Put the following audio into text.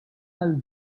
għal